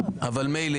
אבל מילא,